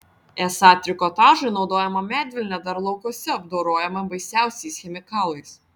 esą trikotažui naudojama medvilnė dar laukuose apdorojama baisiausiais chemikalais